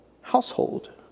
household